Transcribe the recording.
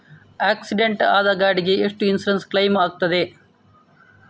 Accident ಆದ ಗಾಡಿಗೆ ಎಷ್ಟು ಇನ್ಸೂರೆನ್ಸ್ ಕ್ಲೇಮ್ ಆಗ್ತದೆ?